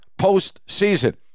postseason